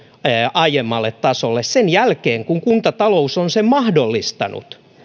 aiemmalle tasolle sen jälkeen kun kuntatalous on sen mahdollistanut